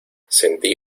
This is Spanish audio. sentí